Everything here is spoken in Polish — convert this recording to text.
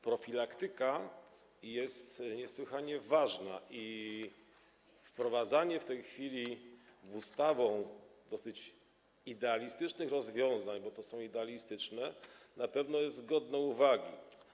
Profilaktyka jest niesłychanie ważna i wprowadzane w tej chwili ustawą dosyć idealistyczne rozwiązania, bo są idealistyczne, na pewno są godne uwagi.